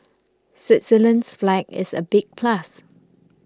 Switzerland's flag is a big plus